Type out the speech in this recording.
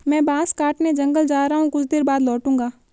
मैं बांस काटने जंगल जा रहा हूं, कुछ देर बाद लौटूंगा